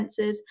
sensors